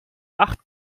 acht